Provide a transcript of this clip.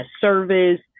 service